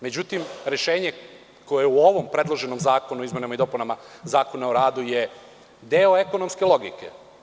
Međutim, rešenje koje je u ovom predloženom zakonu o izmenama i dopunama Zakona o radu je deo ekonomske logike.